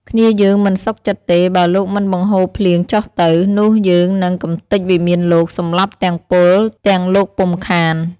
គ្នាយើងមិនសុខចិត្តទេ បើលោកមិនបង្ហូរភ្លៀងចុះទៅ នោះរយើងនឹងកម្ទេចវិមានលោក សម្លាប់ទាំងពល ទាំងលោកពុំខាន”។